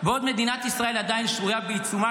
בעוד מדינת ישראל עדיין שרויה בעיצומה